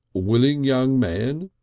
willing young man,